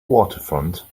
waterfront